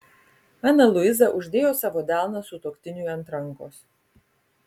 ana luiza uždėjo savo delną sutuoktiniui ant rankos